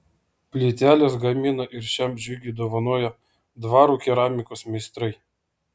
plyteles gamina ir šiam žygiui dovanoja dvarų keramikos meistrai